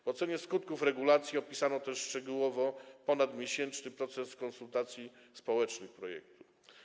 W ocenie skutków regulacji opisano też szczegółowo ponadmiesięczny proces konsultacji społecznych dotyczących projektu.